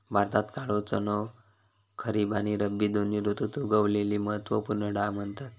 भारतात काळो चणो खरीब आणि रब्बी दोन्ही ऋतुत उगवलेली महत्त्व पूर्ण डाळ म्हणतत